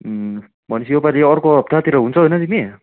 भने पछि यसपालि अर्को हप्तातिर हुन्छौ होइन तिमी